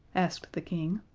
asked the king.